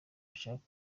bashaka